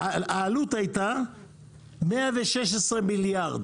העלות הייתה 116 מיליארד,